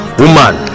woman